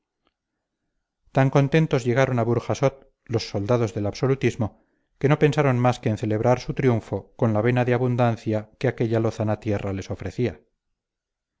tan contentos llegaron a burjasot los soldados del absolutismo que no pensaron más que en celebrar su triunfo con la vena de abundancia que aquella lozana tierra les ofrecía